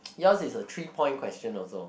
yours is a three point question also